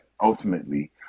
ultimately